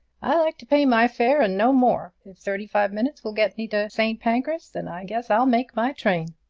i like to pay my fare and no more. if thirty-five minutes will get me to st. pancras, then i guess i'll make my train.